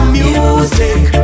music